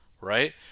right